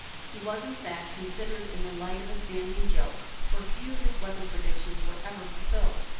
he was, in fact, considered in the light of a standing joke, for few of his weather predictions were ever fulfilled.